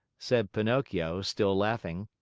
said pinocchio, still laughing.